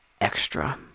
extra